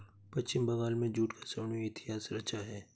पश्चिम बंगाल में जूट का स्वर्णिम इतिहास रहा है